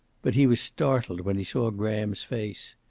but he was startled when he saw graham's face.